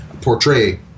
portray